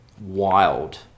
wild